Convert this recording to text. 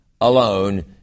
alone